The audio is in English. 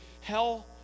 hell